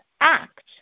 act